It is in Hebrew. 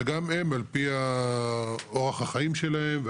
וגם הם על פי אורח החיים שלהם,